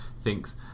thinks